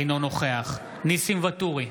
אינו נוכח ניסים ואטורי,